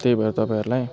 त्यही भएर तपाईँहरूलाई